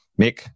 Mick